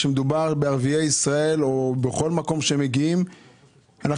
כשמדובר בערביי ישראל או בכל מקום שהם מגיעים אנחנו